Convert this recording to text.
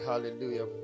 Hallelujah